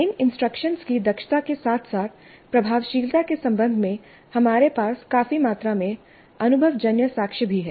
इन instructions की दक्षता के साथ साथ प्रभावशीलता के संबंध में हमारे पास काफी मात्रा में अनुभवजन्य साक्ष्य भी हैं